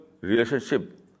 relationship